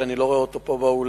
שאני לא רואה אותו פה באולם,